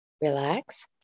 Relax